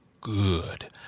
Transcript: good